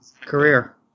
career